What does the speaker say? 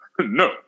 No